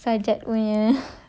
sajat punya